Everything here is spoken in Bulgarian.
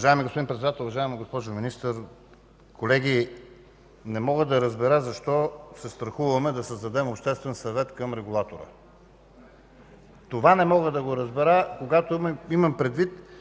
Уважаеми господин Председател, уважаема госпожо Министър, колеги! Не мога да разбера защо се страхуваме да създадем Обществен съвет към регулатора? Това не мога да разбера! Имам предвид,